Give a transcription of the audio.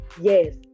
yes